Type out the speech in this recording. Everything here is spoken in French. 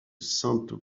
sainte